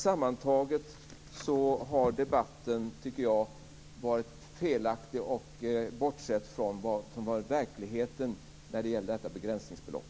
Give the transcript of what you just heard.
Sammantaget har alltså debatten, tycker jag, varit felaktig. Den har bortsett från verkligheten vad gäller detta begränsningsbelopp.